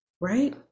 right